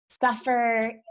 suffer